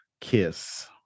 kiss